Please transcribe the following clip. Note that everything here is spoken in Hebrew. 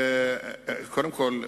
קודם כול,